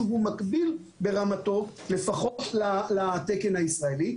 כשהוא מקביל ברמתו לפחות לתקן הישראלי.